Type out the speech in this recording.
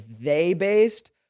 they-based